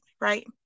right